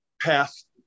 past